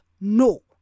No